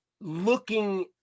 looking